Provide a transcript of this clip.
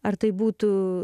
ar tai būtų